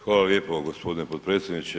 Hvala lijepo gospodine potpredsjedniče.